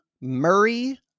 Murray